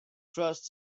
trust